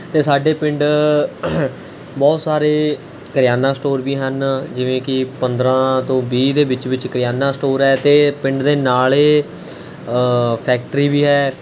ਅਤੇ ਸਾਡੇ ਪਿੰਡ ਬਹੁਤ ਸਾਰੇ ਕਰਿਆਨਾ ਸਟੋਰ ਵੀ ਹਨ ਜਿਵੇਂ ਕਿ ਪੰਦਰਾਂ ਤੋਂ ਵੀਹ ਦੇ ਵਿੱਚ ਵਿੱਚ ਕਰਿਆਨਾ ਸਟੋਰ ਹੈ ਅਤੇ ਪਿੰਡ ਦੇ ਨਾਲ ਫੈਕਟਰੀ ਵੀ ਹੈ